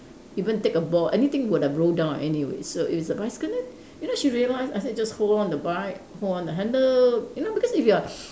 even take a ball anything would have rolled down anyway so if it's a bicycle then you know she realised I said just hold on the bike hold on the handle you know because if you are